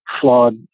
flawed